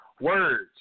Words